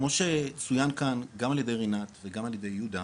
כמו שצוין כאן גם על ידי רינת וגם על ידי יהודה,